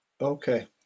Okay